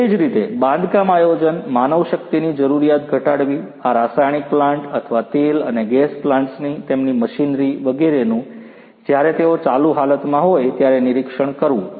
તે જ રીતે બાંધકામ આયોજન માનવશક્તિની જરૂરિયાત ઘટાડવી આ રાસાયણિક પ્લાન્ટ અથવા તેલ અને ગેસ પ્લાન્ટ્સની તેમની મશીનરી વગેરેનું જ્યારે તેઓ ચાલુ હાલતમાં હોય ત્યારે નિરીક્ષણ કરવું